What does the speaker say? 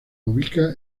ubica